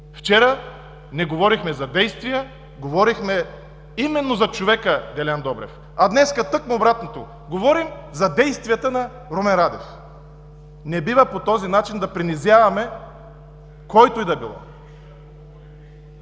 Вчера не говорихме за действия, говорихме именно за човека Делян Добрев. Днес, тъкмо обратното – говорим за действията на Румен Радев. Не бива по този начин да принизяваме когото и да било.